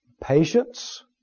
patience